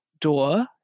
door